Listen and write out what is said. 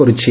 କରୁଛି